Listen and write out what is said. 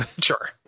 sure